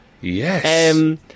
Yes